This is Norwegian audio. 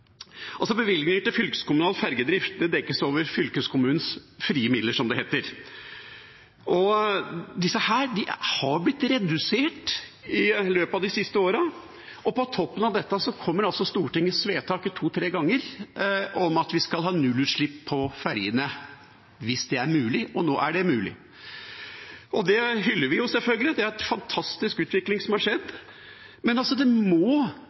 til fylkeskommunal ferjedrift. Det dekkes over fylkeskommunens frie midler, som det heter, og disse har blitt redusert i løpet av de siste årene. Og på toppen av dette kommer altså Stortingets vedtak, to–tre ganger, om at vi skal ha nullutslipp på ferjene hvis det er mulig – og nå er det mulig. Det hyller vi selvfølgelig. Det er en fantastisk utvikling som har skjedd. Men det må